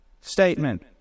statement